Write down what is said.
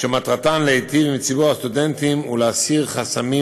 שמטרתן להיטיב עם ציבור הסטודנטים ולהסיר חסמים